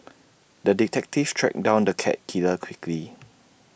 the detective tracked down the cat killer quickly